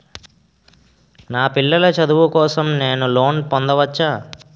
నా పిల్లల చదువు కోసం నేను లోన్ పొందవచ్చా?